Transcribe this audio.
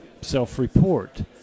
self-report